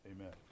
Amen